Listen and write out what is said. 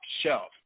shelf